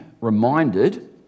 reminded